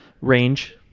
Range